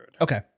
Okay